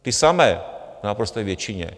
Ty samé v naprosté většině.